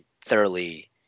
thoroughly